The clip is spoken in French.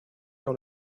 dans